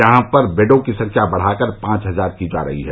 यहां पर बेडो की संख्या बढ़ाकर पांच हजार की जा रही है